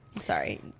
Sorry